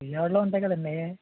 విజయవాడలో ఉంటాయి కదండి